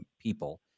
people